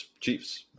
Chiefs